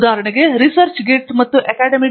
ಆದ್ದರಿಂದ ResearchGate ಮತ್ತು academy